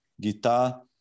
guitar